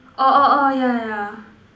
oh oh oh yeah yeah